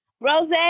Rose